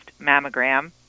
mammogram